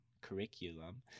curriculum